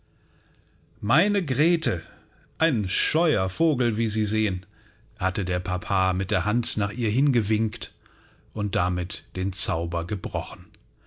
meine grete ein scheuer vogel wie sie sehen hatte der papa mit der hand nach ihr hingewinkt und damit den zauber gebrochen